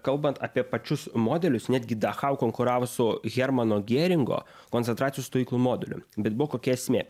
kalbant apie pačius modelius netgi dachau konkuravo su hermano gėringo koncentracijos stovyklų modeliu bet buvo kokia esmė